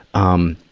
um,